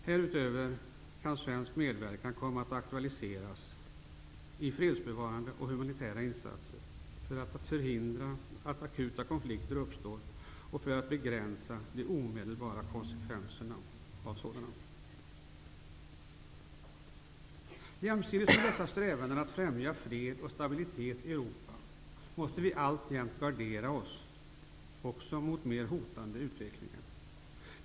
Härutöver kan svensk medverkan komma att aktualiseras i fredsbevarande och humanitära insatser för att förhindra att akuta konflikter uppstår eller för att begränsa de omedelbara konsekvenserna av sådana. Jämsides med dessa strävanden att främja fred och stabilitet i Europa måste vi alltjämt gardera oss också mot mer hotande utvecklingar.